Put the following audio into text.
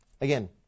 Again